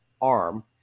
arm